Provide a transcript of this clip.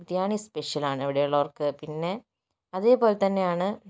biryani special ആണ് എവിടെ ഉള്ളവർക്ക് പിന്നെ അതേപോലെത്തന്നെയാണ്